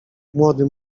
młody